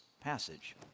passage